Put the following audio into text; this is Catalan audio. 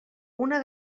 una